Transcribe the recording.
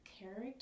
character